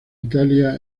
italia